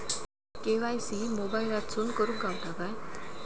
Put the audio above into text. KYC मोबाईलातसून करुक गावता काय?